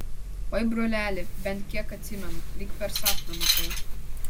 oi broleli bent kiek atsimenu lyg per sapną matau